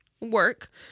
work